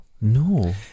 No